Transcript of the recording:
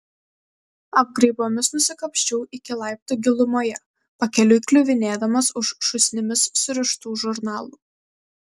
apgraibomis nusikapsčiau iki laiptų gilumoje pakeliui kliuvinėdamas už šūsnimis surištų žurnalų